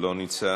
לא נמצא,